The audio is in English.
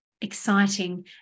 exciting